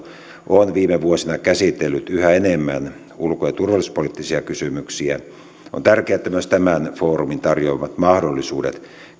on viime vuosina käsitellyt yhä enemmän ulko ja turvallisuuspoliittisia kysymyksiä on tärkeää että myös tämän foorumin tarjoamat mahdollisuudet